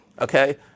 Okay